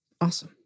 Awesome